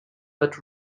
but